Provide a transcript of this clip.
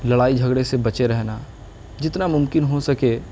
لڑائی جھگڑے سے بچے رہنا جتنا ممکن ہو سکے